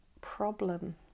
problem